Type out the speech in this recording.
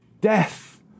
Death